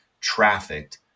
trafficked